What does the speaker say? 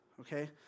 okay